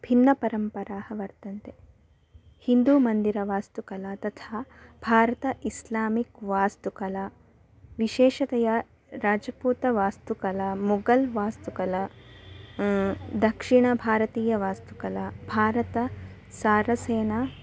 भिन्नपरम्पराः वर्तन्ते हिन्दूमन्दिरवास्तुकला तथा भारत इस्लामिक् वास्तुकला विशेषतया राजपूतवास्तुकला मुगल्वास्तुकला दक्षिणभारतीयवास्तुकला भारतसारसेन